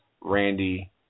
Randy